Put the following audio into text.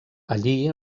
allí